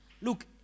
Look